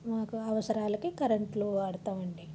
మాకు అవసరాలకి కరెంట్లు వాడతాం అండి